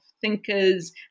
thinkers